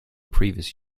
previous